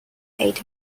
eight